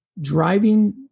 driving